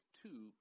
two